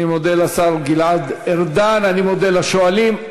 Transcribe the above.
אני מודה לשר גלעד ארדן, אני מודה לשואלים.